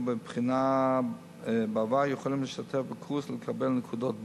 בבחינה בעבר יכולים להשתתף בקורס ולקבל נוקדות בונוס?